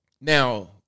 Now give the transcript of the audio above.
Now